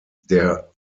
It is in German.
der